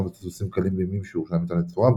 למטוסים קלים בימים שירושלים הייתה נצורה.